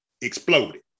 exploded